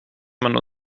man